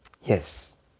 Yes